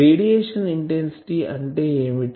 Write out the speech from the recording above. radiation intensity అంటే ఏమిటి